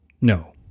no